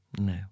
No